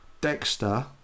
Dexter